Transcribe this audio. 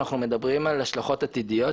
אנחנו מדברים על השלכות עתידיות,